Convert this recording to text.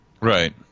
right